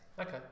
Okay